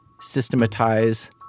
systematize